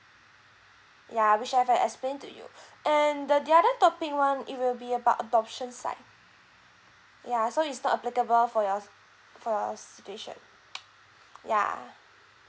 ya which I have explained to you and the the other topic one it will be about adoption side ya so it's not applicable for your for your situation yeah